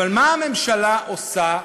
אבל מה הממשלה עושה?